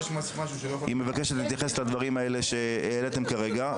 היא מבקשת להתייחס לדברים האלה שהעליתם כרגע.